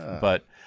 but-